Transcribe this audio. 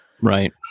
Right